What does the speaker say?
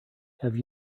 have